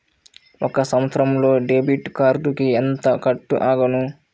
ఒక సంవత్సరంలో డెబిట్ కార్డుకు ఎంత కట్ అగును?